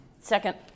Second